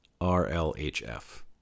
RLHF